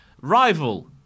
Rival